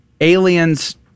Aliens